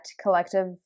collective